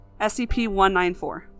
SCP-194